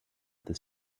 this